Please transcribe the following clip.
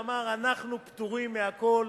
ואמר: אנחנו פטורים מהכול,